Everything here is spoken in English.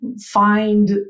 find